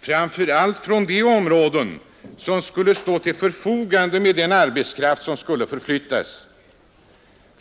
framför allt från de områden som skulle stå till förfogande med den arbetskraft som måste förflyttas.